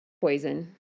poison